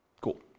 Cool